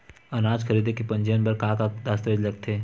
अनाज खरीदे के पंजीयन बर का का दस्तावेज लगथे?